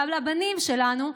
הבנים שלנו,